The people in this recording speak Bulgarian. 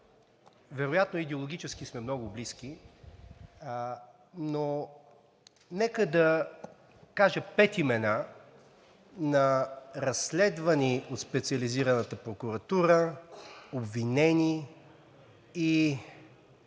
вероятно идеологически сме много близки, но нека да кажа пет имена на разследвани от Специализираната прокуратура, обвинени и